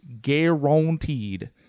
guaranteed